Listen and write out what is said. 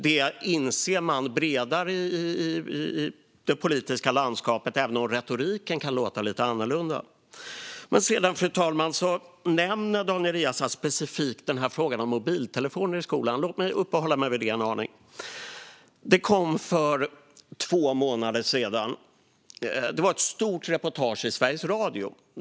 Det inser man bredare i det politiska landskapet, även om retoriken kan låta lite annorlunda. Fru talman! Daniel Riazat nämner sedan specifikt frågan om mobiltelefoner i skolan. Låt mig uppehålla mig vid det en aning. För två månader sedan var det ett stort reportage i Sveriges Radio.